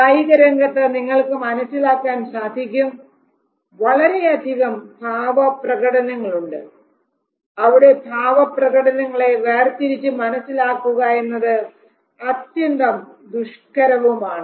കായികരംഗത്ത് നിങ്ങൾക്ക് മനസ്സിലാക്കാൻ സാധിക്കും വളരെയധികം ഭാവപ്രകടനങ്ങളുണ്ട് അവിടെ ഭാവപ്രകടനങ്ങളെ വേർതിരിച്ചു മനസ്സിലാക്കുക എന്നത് അത്യന്തം ദുഷ്കരവും ആണ്